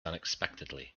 unexpectedly